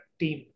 team